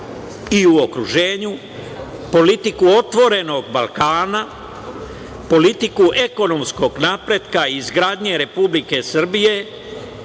i u okruženju, politiku otvorenog Balkana, politiku ekonomskog napretka i izgradnje Republike Srbije